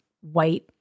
white